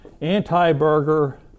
anti-burger